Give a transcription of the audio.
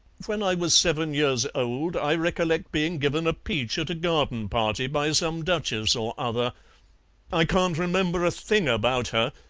when i was seven years old i recollect being given a peach at a garden-party by some duchess or other i can't remember a thing about her,